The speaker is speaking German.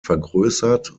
vergrößert